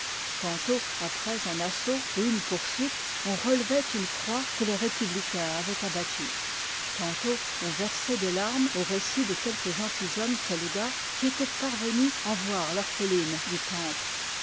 tantôt après un assaut ou une poursuite on relevoit une croix que les républicains avoient abattue tantôt on versoit des larmes aux récits de quelques gentilshommes soldats qui étoient parvenu à voir rorpheline du temple